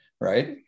right